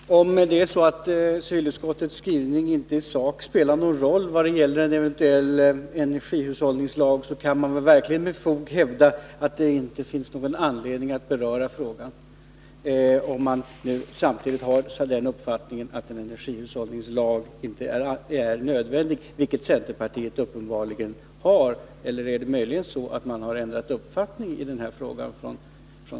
Herr talman! Om det är så att civilutskottets skrivning i sak inte spelar någon roll vad gäller en eventuell energihushållningslag, så kan man verkligen med fog hävda att det inte finns någon anledning att beröra frågan, särskilt inte om man har den uppfattningen att en energihushållningslag inte är nödvändig, vilket centerpartiet uppenbarligen har. Eller är det möjligen så att centern har ändrat uppfattning i den här frågan?